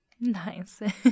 Nice